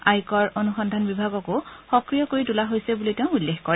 আয়কৰ অনুসন্ধান বিভাগকো সক্ৰিয় কৰি তোলা হৈছে বুলিও তেওঁ উল্লেখ কৰে